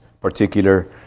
particular